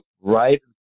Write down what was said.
right